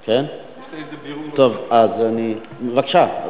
טוב, אז בבקשה.